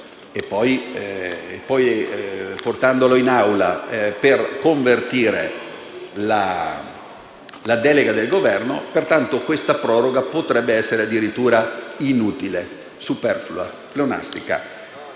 e poi in Aula per convertire la delega del Governo. Pertanto, questa proroga potrebbe essere addirittura inutile, superflua e pleonastica.